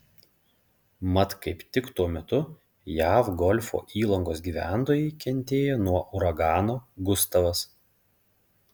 mat kaip tik tuo metu jav golfo įlankos gyventojai kentėjo nuo uragano gustavas